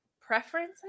preference